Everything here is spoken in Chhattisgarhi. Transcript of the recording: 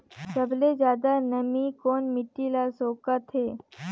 सबले ज्यादा नमी कोन मिट्टी ल सोखत हे?